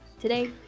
today